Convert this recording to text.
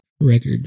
record